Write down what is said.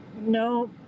No